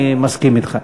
אני מסכים אתך.